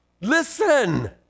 Listen